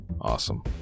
Awesome